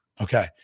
Okay